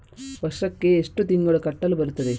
ವರ್ಷಕ್ಕೆ ಎಷ್ಟು ತಿಂಗಳು ಕಟ್ಟಲು ಬರುತ್ತದೆ?